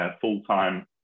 full-time